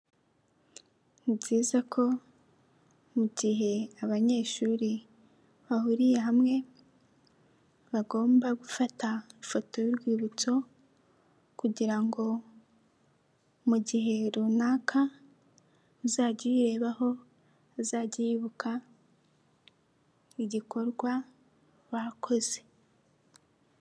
Ni byiza ko mu gihe abanyeshuri bahuriye hamwe bagomba gufata ifoto y'urwibutso kugira ngo mu gihe runaka uzajya arebaho azajye yibuka igikorwa bakoze.